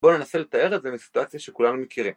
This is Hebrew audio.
בואו ננסה לתאר את זה בסיטואציה שכולנו מכירים